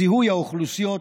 זיהוי האוכלוסיות,